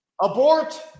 Abort